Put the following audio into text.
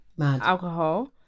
alcohol